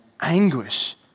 anguish